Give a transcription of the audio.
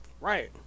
Right